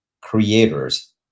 creators